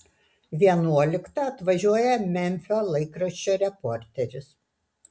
vienuoliktą atvažiuoja memfio laikraščio reporteris